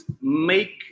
make